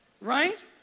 Right